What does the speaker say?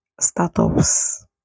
startups